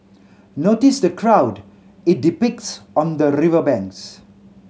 notice the crowd it depicts on the river banks